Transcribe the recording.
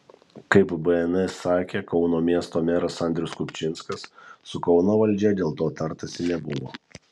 kaip bns sakė kauno miesto meras andrius kupčinskas su kauno valdžia dėl to tartasi nebuvo